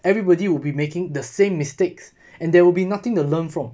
everybody will be making the same mistakes and there would be nothing to learn from